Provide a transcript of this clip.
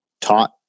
taught